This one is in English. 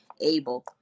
able